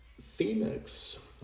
Phoenix